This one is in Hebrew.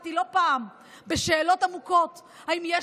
חטאתי לא פעם בשאלות עמוקות: האם יש